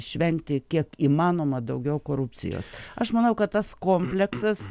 šventė kiek įmanoma daugiau korupcijos aš manau kad tas kompleksas